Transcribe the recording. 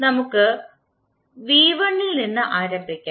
നമുക്ക് v1 ൽ നിന്ന് ആരംഭിക്കാം